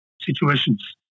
situations